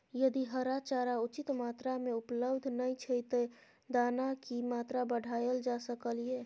यदि हरा चारा उचित मात्रा में उपलब्ध नय छै ते दाना की मात्रा बढायल जा सकलिए?